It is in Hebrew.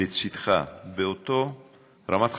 לצידך, באותה רמת חשיבות,